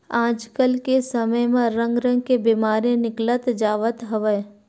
आज के समे म रंग रंग के बेमारी निकलत जावत हवय